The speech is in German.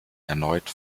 erneut